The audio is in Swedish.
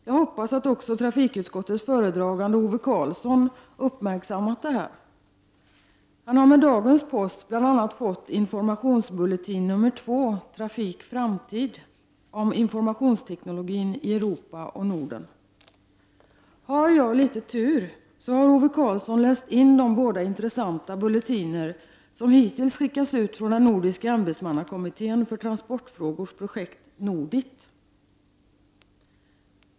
Jag hoppas att också trafikutskottets föredragande Ove Karlsson uppmärksammat detta. Han har med dagens post bl.a. fått ”Informationsbulletin Nr 2 — Trafik Framtid” om informationsteknologin i Europa och Norden. Har jag litet tur, har Ove Karlsson läst in de båda intressanta bulletiner som hittills skickats ut från den nordiska ämbetsmannakommittén för transportfrågors projekt, NORDIT.